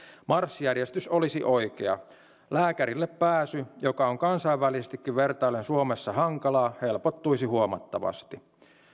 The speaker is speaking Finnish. marssijärjestys olisi oikea lääkärille pääsy joka on kansainvälisestikin vertaillen suomessa hankalaa helpottuisi huomattavasti